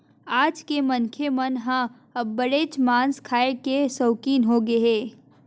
आज के मनखे मन ह अब्बड़ेच मांस खाए के सउकिन होगे हे